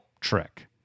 trick